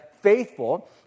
faithful